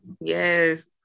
Yes